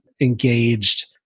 engaged